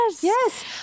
yes